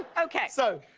okay. so,